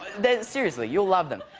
they seriously. you'll love them.